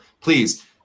Please